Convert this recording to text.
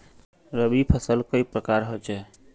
रवि फसल कई प्रकार होचे?